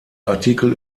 artikel